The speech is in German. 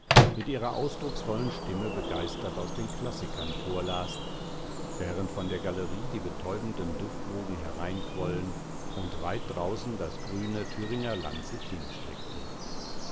mit ihrer ausdrucksvollen stimme begeistert aus den klassikern vorlas während von der galerie die betäubenden duftwogen hereinquollen und weit draußen das grüne thüringer land sich hinstreckte